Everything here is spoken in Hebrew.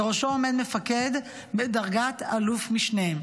ובראשו עומד מפקד בדרגת אלוף משנה.